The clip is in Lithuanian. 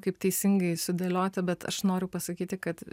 kaip teisingai sudėlioti bet aš noriu pasakyti kad